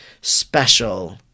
special